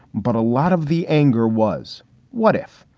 but a lot of the anger was what if?